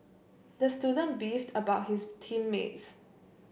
the student beefed about his team mates